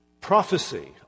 prophecy